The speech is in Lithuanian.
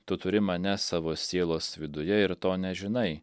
tu turi mane savo sielos viduje ir to nežinai